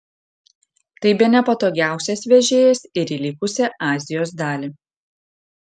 tai bene patogiausias vežėjas ir į likusią azijos dalį